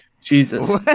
Jesus